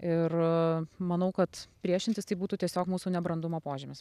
ir manau kad priešintis tai būtų tiesiog mūsų nebrandumo požymis